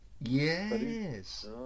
Yes